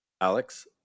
Alex